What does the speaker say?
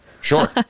Sure